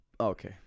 Okay